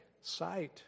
sight